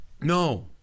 No